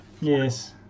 Yes